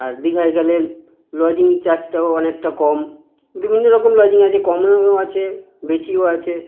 আর দীঘায় গেলে লজিং চার্জটাও অনেকটা কম বিভিন্ন রকম লজিং আছে কমেও আছে বেশিও আছে